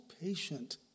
patient